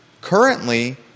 Currently